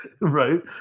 Right